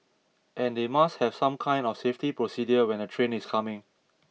and they must have some kind of safety procedure when a train is coming